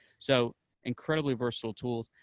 so incredibly versatile tools,